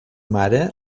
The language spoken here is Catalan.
mare